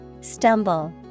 Stumble